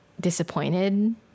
disappointed